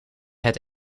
het